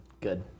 Good